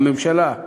הממשלה.